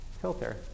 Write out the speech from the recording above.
filter